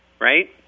right